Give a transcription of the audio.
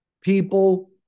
People